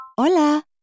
Hola